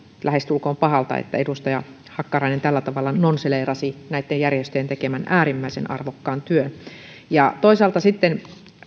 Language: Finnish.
lähestulkoon pahalta että edustaja hakkarainen tällä tavalla nonsaleerasi näitten järjestöjen tekemän äärimmäisen arvokkaan työn toisaalta sitten